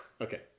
okay